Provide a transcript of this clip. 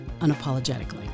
unapologetically